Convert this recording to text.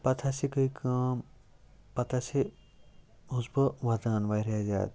پَتہٕ ہَسا گٔے کٲم پَتہٕ ہَسا اوسُس بہٕ وَدَان واریاہ زیادٕ